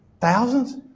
Thousands